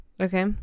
Okay